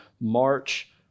march